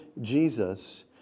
Jesus